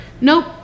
Nope